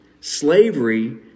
slavery